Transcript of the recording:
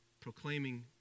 proclaiming